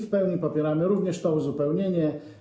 W pełni popieramy również to uzupełnienie.